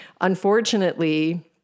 unfortunately